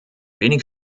wenig